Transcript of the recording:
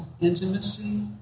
intimacy